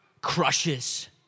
crushes